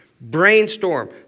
Brainstorm